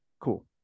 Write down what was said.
Cool